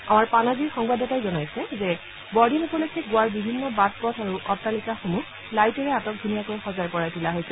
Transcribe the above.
আমাৰ পানাজিৰ সংবাদদাতাই জনাইছে যে বৰদিন উপলক্ষে গোৱাৰ বিভিন্ন বাট পথ আৰু অটালিকাসমূহ লাইটেৰে আটকধুনীয়াকৈ সজাই পৰাই তুলিছে